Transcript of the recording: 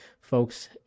folks